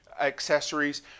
accessories